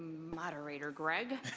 moderator greg.